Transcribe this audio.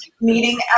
meeting